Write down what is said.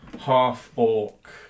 half-orc